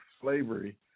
slavery